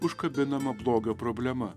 užkabinama blogio problema